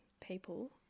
people